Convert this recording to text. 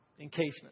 encasement